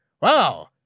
wow